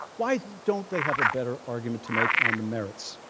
why don't they have a better argument to make on the merits?